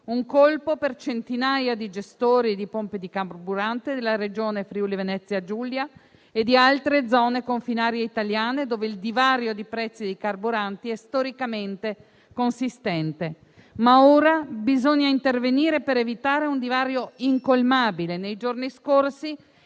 un colpo per centinaia di gestori di pompe di carburante della Regione Friuli-Venezia Giulia e di altre zone confinarie italiane, dove il divario di prezzi dei carburanti è storicamente consistente. Ora bisogna intervenire per evitare un divario incolmabile. Nei giorni scorsi